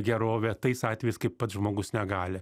gerovę tais atvejais kai pats žmogus negali